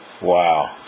Wow